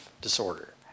disorder